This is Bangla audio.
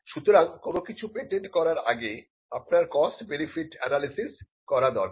সুতরাং কোন কিছু পেটেন্ট করার আগে আপনার কস্ট বেনিফিট অ্যানালিসিস করা দরকার